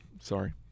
Sorry